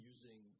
Using